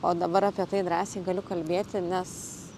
o dabar apie tai drąsiai galiu kalbėti nes